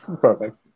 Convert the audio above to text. Perfect